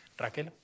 Raquel